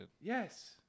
Yes